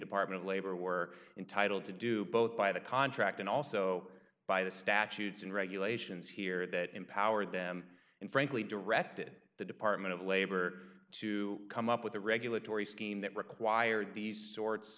department of labor were entitled to do both by the contract and also by the statutes and regulations here that empowered them and frankly directed the department of labor to come up with a regulatory scheme that required